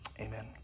amen